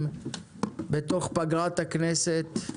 תנועת "אני שולמן"